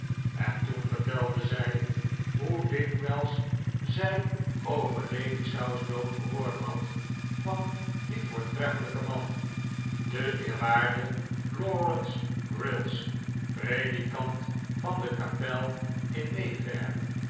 en toen vertelde zij hoe dikwijls zij over lady southdown gehoord had van dien voortreffelijken man den eerwaarden lawrence grills predikant van de kapel in may fair